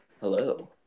hello